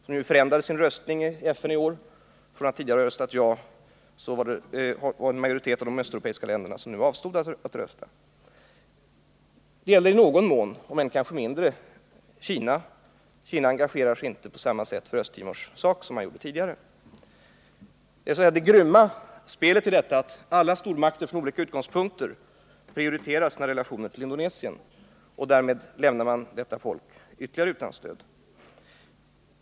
De förändrade sin röstning i FN. Från att tidigare ha röstat ja avstod nu en majoritet av de östeuropeiska länderna från att rösta. Det gäller i någon mån — om än kanske mindre — Kina. Kina engagerar sig inte på samma sätt för Östtimors sak som tidigare. Det grymma spelet är att alla stormakter från olika utgångspunkter prioriterar sina relationer till Indonesien och därmed lämnar Östtimors folk utan stöd.